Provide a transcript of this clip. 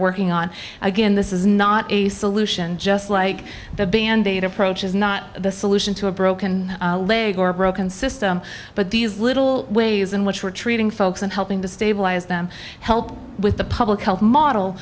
working on again this is not a solution just like the band aid approach is not the solution to a broken leg or a broken system but these the little ways in which we're treating folks and helping to stabilize them help with the public health model